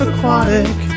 Aquatic